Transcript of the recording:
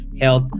health